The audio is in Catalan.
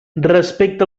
respecte